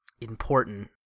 important